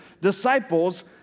disciples